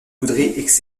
voudrez